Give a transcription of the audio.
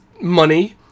money